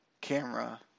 camera